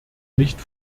nicht